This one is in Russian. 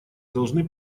должны